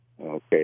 Okay